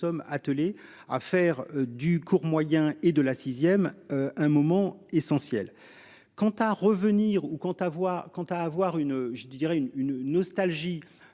nous sommes attelés à faire du cours moyen et de la sixième un moment essentiel quant à revenir ou quant à voix quant à avoir